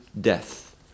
death